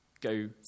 go